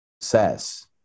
success